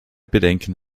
bedenken